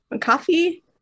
Coffee